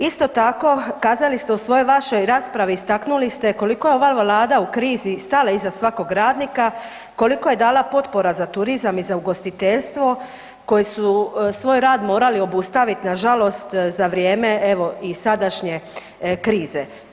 Isto tako kazali ste u svojoj vašoj raspravi istaknuli ste koliko je ova Vlada u ovoj krizi stala iza svakog radnika, koliko je dala potpora za turizam i za ugostiteljstvo koji su svoj rad morali obustaviti nažalost za vrijeme evo i sadašnje krize.